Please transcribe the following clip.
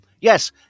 Yes